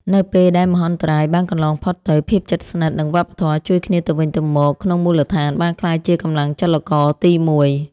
នៅពេលដែលមហន្តរាយបានកន្លងផុតទៅ ភាពជិតស្និទ្ធ និងវប្បធម៌ជួយគ្នាទៅវិញទៅមកក្នុងមូលដ្ឋាន បានក្លាយជាកម្លាំងចលករទីមួយ។